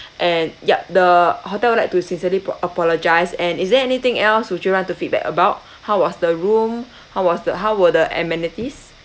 and yup the hotel would like to sincerely po~ apologise and is there anything else would you want to feedback about how was the room how was the how were the amenities